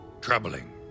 Troubling